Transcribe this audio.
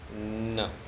No